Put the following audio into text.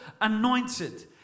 anointed